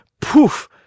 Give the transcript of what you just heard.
poof